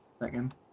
Second